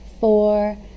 four